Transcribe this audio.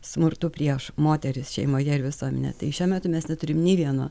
smurtu prieš moteris šeimoje ir visuomenėje tai šiuo metu mes neturim nei vieno